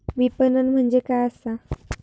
विपणन म्हणजे काय असा?